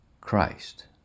Christ